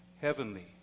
Heavenly